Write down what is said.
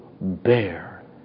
bear